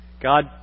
God